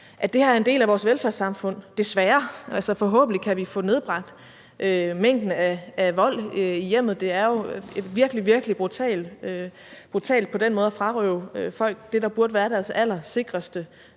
at det her er en del af vores velfærdssamfund, desværre – altså, forhåbentlig kan vi få nedbragt mængden af vold i hjemmet; det er jo virkelig, virkelig brutalt på den måde at frarøve folk det, der burde være deres allersikreste